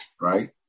right